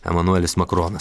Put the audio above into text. emanuelis makronas